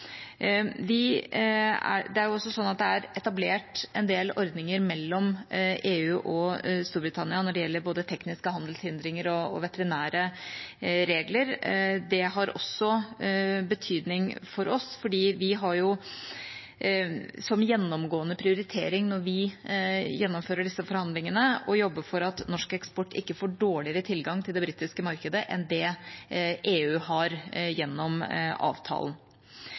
Det er også sånn at det er etablert en del ordninger mellom EU og Storbritannia når det gjelder både tekniske handelshindringer og veterinære regler. Det har også betydning for oss, fordi vi har som gjennomgående prioritering når vi gjennomfører disse forhandlingene, å jobbe for at norsk eksport ikke får dårligere tilgang til det britiske markedet enn det EU har gjennom avtalen.